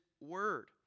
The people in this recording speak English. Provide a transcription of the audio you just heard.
word